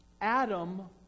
adam